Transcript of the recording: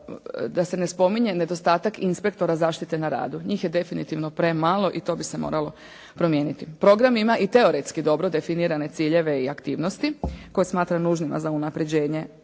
da se ne spominje nedostatak inspektora zaštite na radu. Njih je definitivno premalo i to bi se moralo promijeniti. Program ima i teoretski dobro definirane ciljeve i aktivnosti koje smatra nužnima za unapređenje